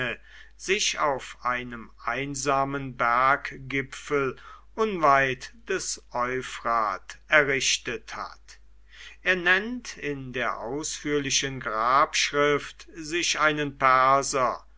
sich auf einem einsamen berggipfel unweit des euphrat errichtet hat er nennt in der ausführlichen grabschrift sich einen perser